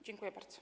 Dziękuję bardzo.